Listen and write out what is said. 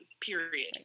period